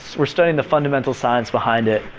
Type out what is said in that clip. we're studying the fundamental science behind it,